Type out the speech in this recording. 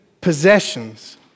possessions